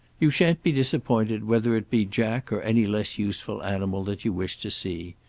you shan't be disappointed whether it be jack or any less useful animal that you wish to see.